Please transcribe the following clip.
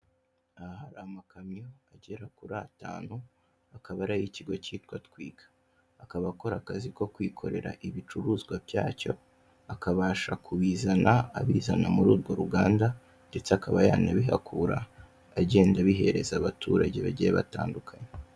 Aha hari amakamyo agera kuri atanu akaba ari ay'ikigo kitwa twiga, akaba akora akazi ko kwikorera ibicuruzwa by'acyo, akabasha kubizana abizana muri urwo ruganda ndetse akaba yanabihakura agenda abihereza abaturage bagiye batandukanye.